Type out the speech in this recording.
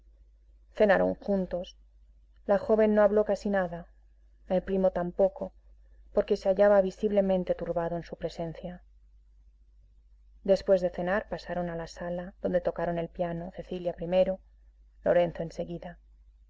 cenaron juntos la joven no habló casi nada el primo tampoco porque se hallaba visiblemente turbado en su presencia después de cenar pasaron a la sala donde tocaron el piano cecilia primero lorenzo enseguida